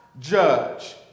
judge